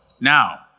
now